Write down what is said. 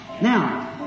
Now